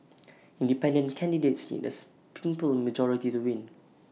independent candidates need A simple majority to win